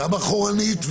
גם אחורנית,